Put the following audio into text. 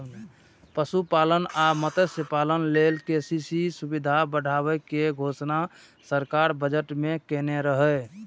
पशुपालन आ मत्स्यपालन लेल के.सी.सी सुविधा बढ़ाबै के घोषणा सरकार बजट मे केने रहै